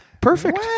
Perfect